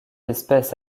espèce